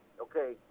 Okay